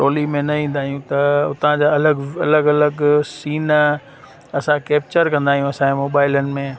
trolley में न ईंदा आहियूं त हुतां जा अलॻि व अलॻि अलॻि सीन असां केप्चर कंदा आहियूं असांजे मोबाइलनि में